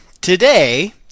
today